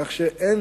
כך שאין